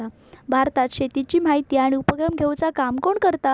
भारतात शेतीची माहिती आणि उपक्रम घेवचा काम कोण करता?